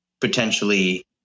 potentially